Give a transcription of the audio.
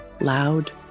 loud